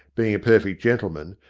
being a perfect gentleman,